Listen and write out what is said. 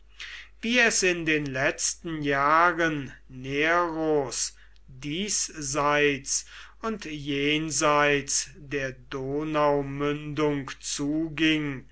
wie es in den letzten jahren neros diesseits und jenseits der donaumündung zuging